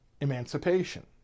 emancipation